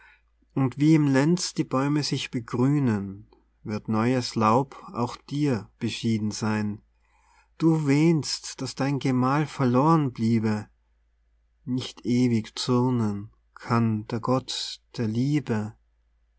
und wie im lenz die bäume sich begrünen wird neues laub auch dir beschieden sein du wähnst daß dein gemahl verloren bliebe nicht ewig zürnen kann der gott der liebe